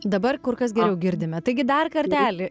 dabar kur kas geriau girdime taigi dar kartelį